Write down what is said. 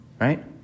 right